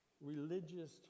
religious